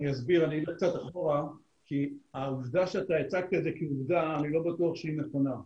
מה שהצגת כעובדה, אני לא בטוח שהיא נכונה.